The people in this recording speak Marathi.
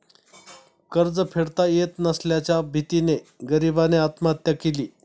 कर्ज फेडता येत नसल्याच्या भीतीने गरीबाने आत्महत्या केली